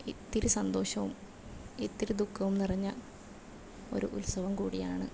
ഇത്തിരി സന്തോഷവും ഇത്തിരി ദുഃഖവും നിറഞ്ഞ ഒരു ഉത്സവം കൂടിയാണ്